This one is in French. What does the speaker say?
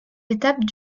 étapes